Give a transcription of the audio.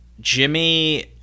Jimmy